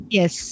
Yes